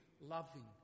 loving